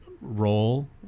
role